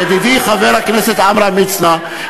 ידידי חבר הכנסת עמרם מצנע,